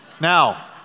Now